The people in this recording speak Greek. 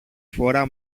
φορά